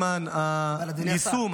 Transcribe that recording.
עם היישום,